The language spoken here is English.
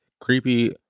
creepy